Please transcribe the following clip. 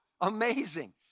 amazing